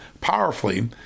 powerfully